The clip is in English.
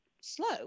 slow